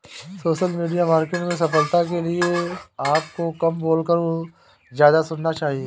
social media marketing में सफलता के लिए आपको कम बोलकर ज्यादा सुनना चाहिए